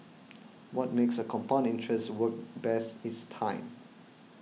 what makes a compound interest work best is time